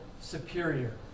superior